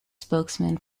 spokesman